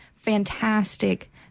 fantastic